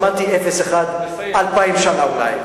שמטתי אפס אחד, 2,000 שנה אולי.